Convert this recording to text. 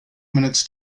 minutes